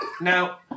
Now